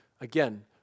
Again